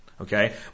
Okay